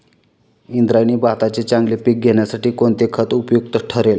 इंद्रायणी भाताचे चांगले पीक येण्यासाठी कोणते खत उपयुक्त ठरेल?